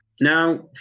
now